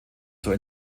zur